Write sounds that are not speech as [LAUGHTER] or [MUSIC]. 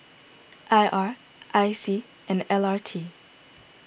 [NOISE] I R I C and L R T